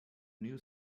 new